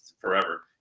forever